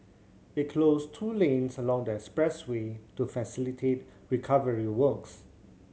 it closed two lanes along the expressway to facilitate recovery works